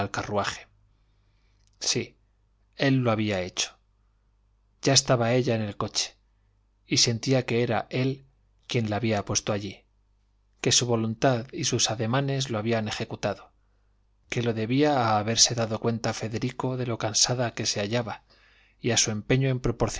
sí él lo había hecho ya estaba ella en el coche y sentía que era él quien la había puesto allí que su voluntad y sus ademanes lo habían ejecutado que lo debía a haberse dado cuenta federico de lo cansada que se hallaba y a su empeño en